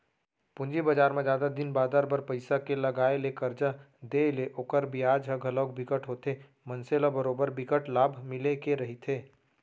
पूंजी बजार म जादा दिन बादर बर पइसा के लगाय ले करजा देय ले ओखर बियाज ह घलोक बिकट होथे मनसे ल बरोबर बिकट लाभ मिले के रहिथे